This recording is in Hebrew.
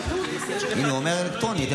הינה, הוא אומר שאלקטרונית.